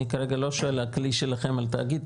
אני כרגע לא שואל על הכלי שלכם על תאגיד,